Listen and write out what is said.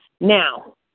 Now